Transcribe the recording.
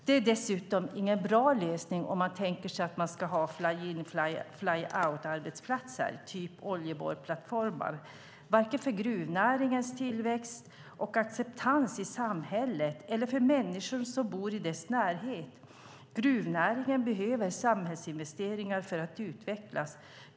Det är dessutom ingen bra lösning om man tänker sig att man ska ha fly-in/fly-out-arbetsplatser, typ oljeborrplattformar, varken för gruvnäringens tillväxt och acceptans i samhället eller för människor som bor i dess närhet. Gruvnäringen behöver samhällsinvesteringar för att utvecklas.